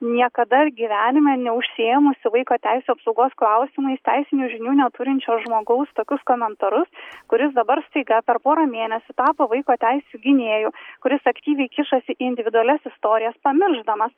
niekada gyvenime neužsiėmusiu vaiko teisių apsaugos klausimais teisinių žinių neturinčio žmogaus tokius komentarus kuris dabar staiga per porą mėnesių tapo vaiko teisių gynėju kuris aktyviai kišasi į individualias istorijas pamiršdamas